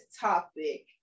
topic